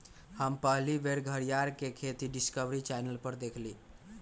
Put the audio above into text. हम पहिल बेर घरीयार के खेती डिस्कवरी चैनल पर देखली